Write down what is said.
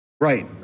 Right